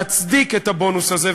הוא מצדיק את הבונוס הזה.